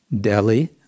Delhi